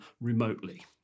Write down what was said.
remotely